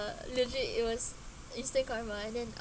uh legit it was instant karma and then